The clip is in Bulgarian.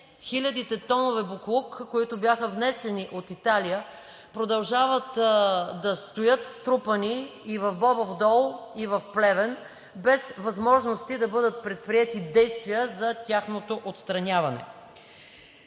хилядите тонове боклук, които бяха внесени от Италия, продължават да стоят струпани и в „Бобов дол“, и в Плевен, без възможности да бъдат предприети действия за тяхното отстраняване.